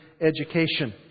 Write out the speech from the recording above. education